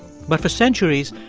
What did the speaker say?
but for centuries,